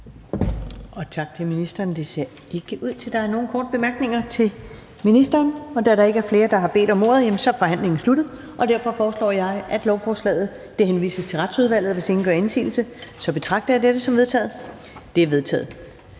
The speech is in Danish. Tak til ministeren. Det ser ikke ud til, at der er nogen korte bemærkninger. Da der ikke er flere, der har bedt om ordet, forhandlingen sluttet. Jeg foreslår, at lovforslaget henvises til Retsudvalget. Hvis ingen gør indsigelse, betragter jeg dette som vedtaget. Det er vedtaget.